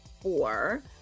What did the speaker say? four